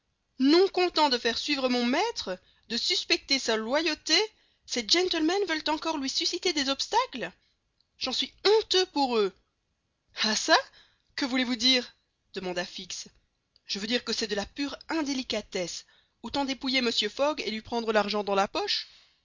non content de faire suivre mon maître de suspecter sa loyauté ces gentlemen veulent encore lui susciter des obstacles j'en suis honteux pour eux ah çà que voulez-vous dire demanda fix je veux dire que c'est de la pure indélicatesse autant dépouiller mr fogg et lui prendre l'argent dans la poche